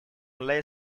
late